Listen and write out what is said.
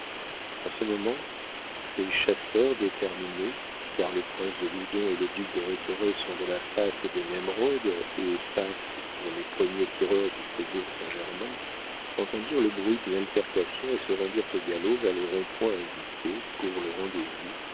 en ce moment ces chasseurs déterminés car le prince de loudon et le duc de rhétoré sont de la race des nemrod et passent pour les premiers tireurs du faubourg saint-germain entendirent le bruit d'une altercation et se rendirent au galop vers le rond-point indiqué pour le rendez-vous